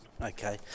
Okay